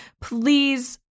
Please